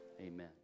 Amen